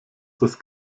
das